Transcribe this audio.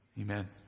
Amen